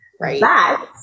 Right